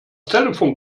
telefon